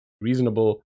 reasonable